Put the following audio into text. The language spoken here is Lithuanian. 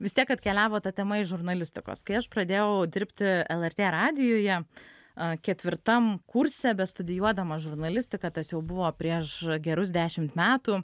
vis tiek atkeliavo ta tema iš žurnalistikos kai aš pradėjau dirbti lrt radijuje a ketvirtam kurse bestudijuodama žurnalistiką tas jau buvo prieš gerus dešimt metų